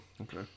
Okay